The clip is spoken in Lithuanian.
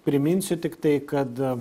priminsiu tiktai kad